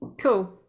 Cool